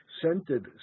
Scented